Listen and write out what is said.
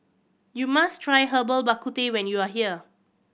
you must try Herbal Bak Ku Teh when you are here